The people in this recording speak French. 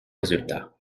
résultats